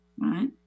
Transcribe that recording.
right